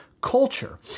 culture